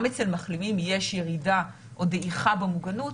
אצל מחלימים יש ירידה או דעיכה במוגנות,